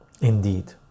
indeed